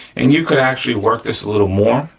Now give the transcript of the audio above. and you could actually work this a little more,